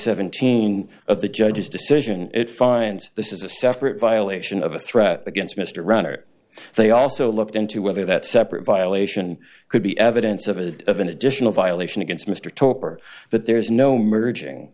thing of the judge's decision it finds this is a separate violation of a threat against mr runner they also looked into whether that separate violation could be evidence of it of an additional violation against mr top or that there's no merging